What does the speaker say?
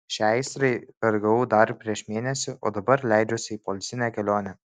šiai aistrai vergavau dar prieš mėnesį o dabar leidžiuosi į poilsinę kelionę